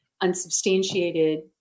unsubstantiated